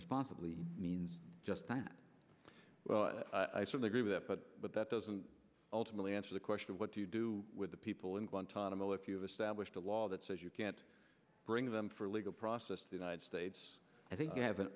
responsibly means just that well i sort of agree with that but but that doesn't ultimately answer the question of what do you do with the people in guantanamo if you've established a law that says you can't bring them for legal process the united states i think you have